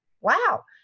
wow